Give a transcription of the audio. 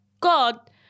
God